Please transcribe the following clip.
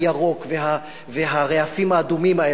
הירוק והרעפים האדומים,